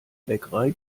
bäckerei